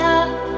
up